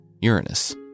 Uranus